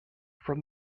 from